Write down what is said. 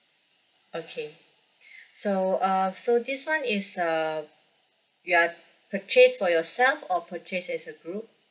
okay so uh so this one is uh you're purchase for yourself or purchase as a group